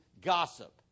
gossip